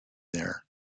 there